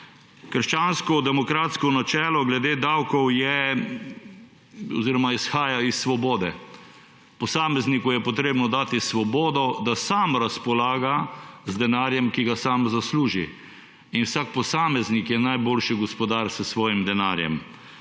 Krščanskodemokratsko načelo glede davkov je oziroma izhaja iz svobode. Posamezniku je potrebno dati svobodo, da sam razpolaga z denarjem, ki ga sam zasluži. Vsak posameznik je najboljši gospodar s svojim denarjem.